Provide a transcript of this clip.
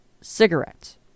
cigarettes